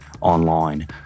online